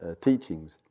teachings